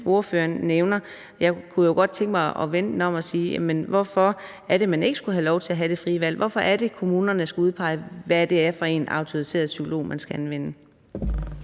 om og sige: Hvorfor skulle man ikke have lov til at have det frie valg? Hvorfor er det, at kommunerne skal udpege, hvad for en autoriseret psykolog man skal anvende?